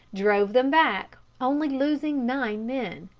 drove them back, only losing nine men.